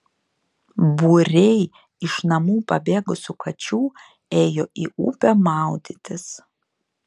būriai iš namų pabėgusių kačių ėjo į upę maudytis